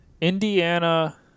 Indiana